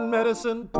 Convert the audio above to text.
Medicine